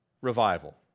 revival